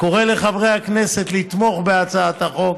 קורא לחברי הכנסת לתמוך בהצעת החוק,